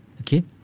okay